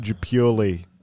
purely